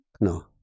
No